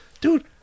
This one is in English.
Dude